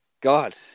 god